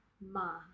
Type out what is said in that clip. Ma